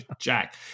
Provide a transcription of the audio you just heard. Jack